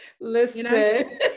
Listen